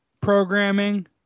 programming